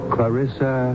Clarissa